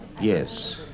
Yes